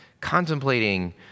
contemplating